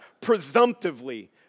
presumptively